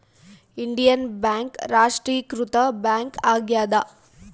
Indian bank ರಾಷ್ಟ್ರೀಕೃತ bank ಆಗ್ಯಾದ